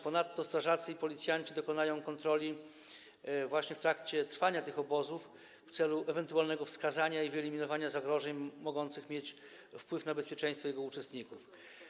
Ponadto strażacy i policjanci dokonają kontroli właśnie w trakcie trwania tych obozów w celu ewentualnego wskazania i wyeliminowania zagrożeń mogących mieć wpływ na bezpieczeństwo ich uczestników.